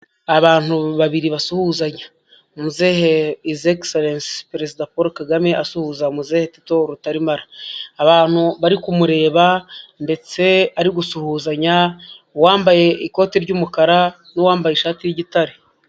Abantu babiri basuhuzanya ni muzehe hizi ekiselensi perezida Paul Kagame asuhuza muzehe Tito Rutaremara. Abantu bari kumureba ndetse ari gusuhuzanya, uwambaye ikoti ry'umukara n'uwambaye ishati y'igitare.